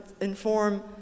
inform